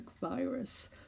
virus